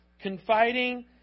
Confiding